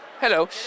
Hello